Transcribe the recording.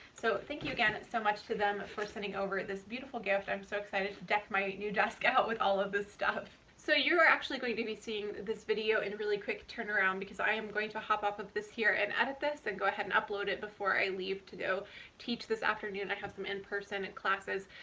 so thank you again so much to them for sending over this beautiful gift. i'm so excited to deck my new desk out with all of this stuff. so you're actually going to be seeing this video in really quick turn around, because i am going to hop off of this here and edit this and go ahead and upload it before i leave to go teach this afternoon. i have some in-person and classes,